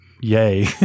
yay